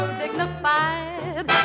dignified